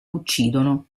uccidono